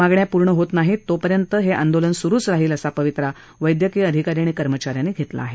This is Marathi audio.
मागण्या पूर्ण होत नाहीत तोपर्यंत कामबंद आंदोलन सुरूच राहिल असा पावित्रा वैद्यकीय अधिकारी आणि कर्मचा यांनी घेतला आहे